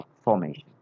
formation